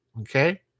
Okay